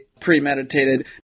premeditated